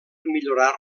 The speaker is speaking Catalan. millorar